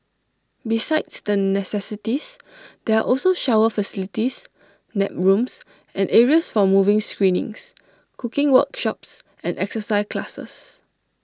besides the necessities there are also shower facilities nap rooms and areas for movie screenings cooking workshops and exercise classes